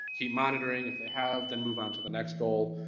keep monitoring if they have then move on to the next goal,